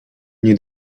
nie